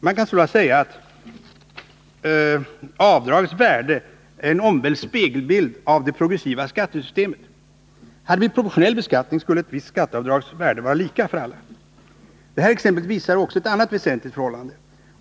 Man kan sålunda säga att avdragets värde är en omvänd spegelbild av det progressiva skattesystemet. Hade vi proportionell beskattning, skulle ett visst skatteavdrags värde vara lika för alla. Det här exemplet visar också ett annat väsentligt förhållande.